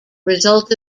result